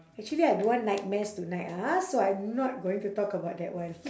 actually I don't want nightmares tonight ah so I'm not going to talk about that one